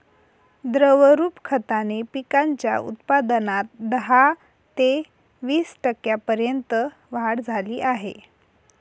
द्रवरूप खताने पिकांच्या उत्पादनात दहा ते वीस टक्क्यांपर्यंत वाढ झाली आहे